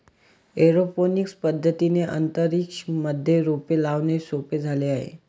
aeroponics पद्धतीने अंतरिक्ष मध्ये रोपे लावणे सोपे झाले आहे